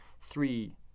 three